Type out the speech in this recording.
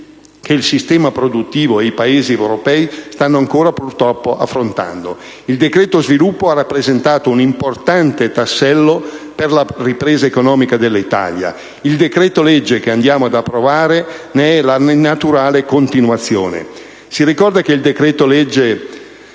decreto sviluppo ha rappresentato un importante tassello per la ripresa economica dell'Italia e il decreto-legge che andiamo ad approvare ne è la naturale continuazione.